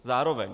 Zároveň.